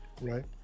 right